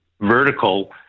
vertical